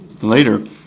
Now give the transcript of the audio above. later